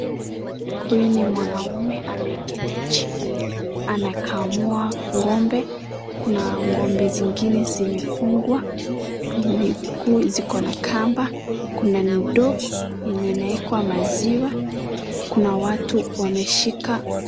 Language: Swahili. Huyu ni mwanume ameketi chini anakamua ng'ombe. Kuna ng'ombe zingine zimefungwa miguu ziko na kamba. Kuna ndoo yenye inawekwa maziwa, kuna watu wameshika.